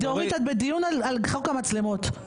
דורית, את בדיון על חוק המצלמות.